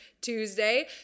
Tuesday